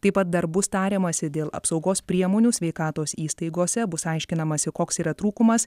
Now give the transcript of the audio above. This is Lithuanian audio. taip pat dar bus tariamasi dėl apsaugos priemonių sveikatos įstaigose bus aiškinamasi koks yra trūkumas